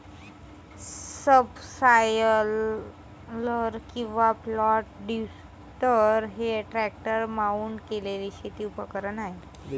subsoiler किंवा flat lifter हे tractor mount केलेले शेती उपकरण आहे